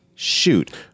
shoot